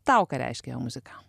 tau ką reiškia muzika